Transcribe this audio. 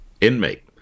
inmate